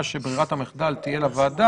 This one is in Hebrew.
שברירת המחדל בסעיף (3) תהיה לוועדה.